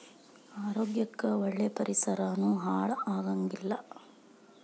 ಆರೋಗ್ಯ ಕ್ಕ ಒಳ್ಳೇದ ಪರಿಸರಾನು ಹಾಳ ಆಗಂಗಿಲ್ಲಾ